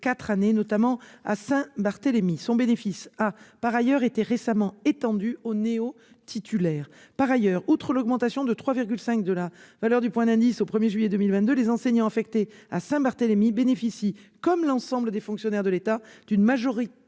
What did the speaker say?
quatre, notamment à Saint-Barthélemy. Son bénéfice a par ailleurs été récemment étendu aux néo-titulaires. Qui plus est, outre l'augmentation de 3,5 % de la valeur du point d'indice au 1 juillet 2022, les enseignants affectés à Saint-Barthélemy bénéficient, comme l'ensemble des fonctionnaires de l'État, d'une majoration